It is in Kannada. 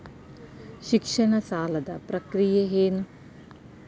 ಶಿಕ್ಷಣ ಸಾಲದ ಪ್ರಕ್ರಿಯೆ ಏನು?